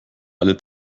alle